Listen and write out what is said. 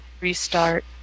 restart